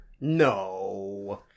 No